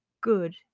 good